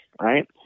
right